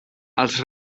els